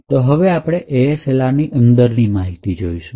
તો હવે આપણે ASLR ની અંદર ની માહિતી જોશું